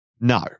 no